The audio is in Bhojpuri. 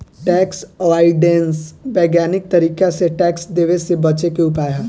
टैक्स अवॉइडेंस वैज्ञानिक तरीका से टैक्स देवे से बचे के उपाय ह